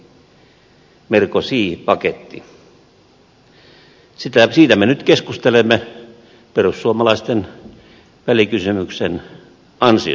siitä me nyt keskustelemme perussuomalaisten välikysymyksen ansiosta